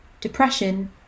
depression